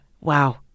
Wow